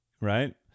right